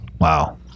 Wow